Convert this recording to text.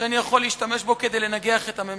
שאני יכול להשתמש בו כדי לנגח את הממשלה.